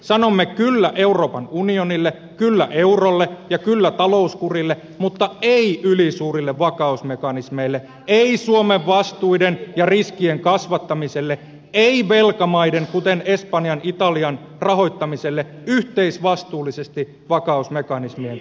sanomme kyllä euroopan unionille kyllä eurolle ja kyllä talouskurille mutta ei ylisuurille vakausmekanismeille ei suomen vastuiden ja riskien kasvattamiselle ei velkamaiden kuten espanjan italian rahoittamiselle yhteisvastuullisesti vakausmekanismien kautta